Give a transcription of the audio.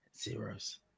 zeros